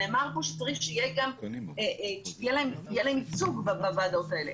נאמר פה שצריך שיהיה להם ייצוג בוועדות האלה,